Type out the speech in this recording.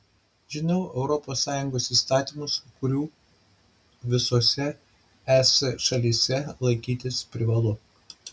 žinau europos sąjungos įstatymus kurių visose es šalyse laikytis privalu